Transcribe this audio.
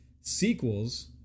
sequels